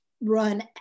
run